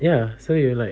ya so you like